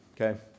Okay